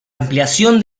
ampliación